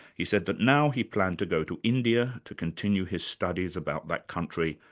he said that now he planned to go to india to continue his studies about that country,